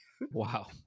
Wow